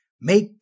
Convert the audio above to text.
make